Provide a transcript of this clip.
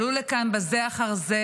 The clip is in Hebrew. עלו לכאן בזה אחר זה,